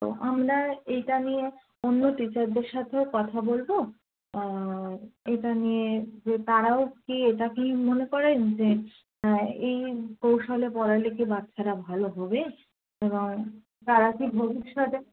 তো আমরা এইটা নিয়ে অন্য টিচারদের সাথেও কথা বলবো এটা নিয়ে যে তারাও কি এটা কি মনে করেন যে এই কৌশল পড়ালে কি বাচ্চারা ভালো হবে এবং তারা কি ভবিষ্যতে